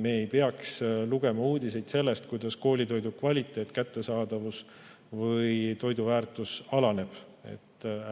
me ei peaks lugema uudiseid sellest, kuidas koolitoidu kvaliteet, kättesaadavus või toiteväärtus kahaneb.